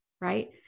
Right